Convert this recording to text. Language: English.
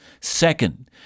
Second